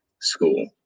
school